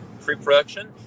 Pre-production